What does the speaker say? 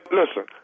listen